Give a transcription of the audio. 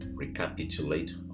recapitulate